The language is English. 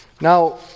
Now